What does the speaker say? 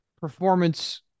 performance